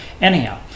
anyhow